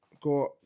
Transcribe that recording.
got